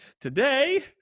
today